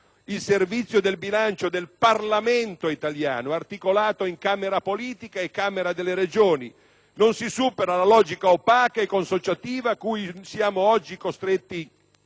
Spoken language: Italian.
un Servizio del bilancio del Parlamento italiano, articolato in Camera politica e Camera delle Regioni, non si supera la logica opaca e consociativa cui siamo oggi costretti